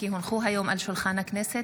כי הונחו היום על שולחן הכנסת,